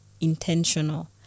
intentional